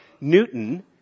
Newton